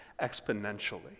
exponentially